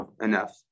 enough